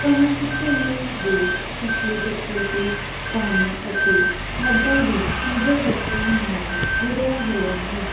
ਕਣਕ ਝੋਨੇ ਦੇ ਫ਼ਸਲੀ ਚੱਕਰ ਅਤੇ ਪਾਣੀ ਅਤੇ ਖਾਦਾਂ ਦੀ ਤੀਬਰ ਵਰਤੋਂ ਨਾਲ ਜੁੜਿਆ ਹੋਇਆ ਹੈ